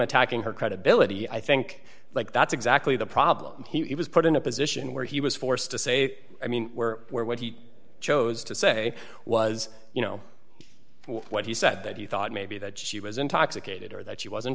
attacking her credibility i think like that's exactly the problem he was put in a position where he was forced to say i mean we're what he chose to say was you know what he said that you thought maybe that she was intoxicated or that she wasn't